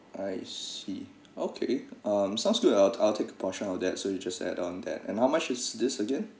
I see okay um sounds good I'll I'll take a portion of that so you just add on that and how much is this again